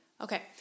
Okay